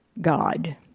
God